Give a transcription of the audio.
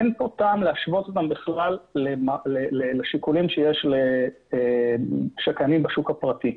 אין פה טעם להשוות בכלל לשיקולים שקיימים בשוק הפרטי.